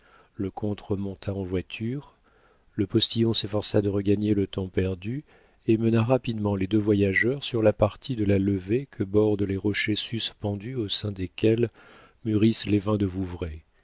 le comte remonta en voiture le postillon s'efforça de regagner le temps perdu et mena rapidement les deux voyageurs sur la partie de la levée que bordent les rochers suspendus au sein desquels mûrissent les vins de vouvray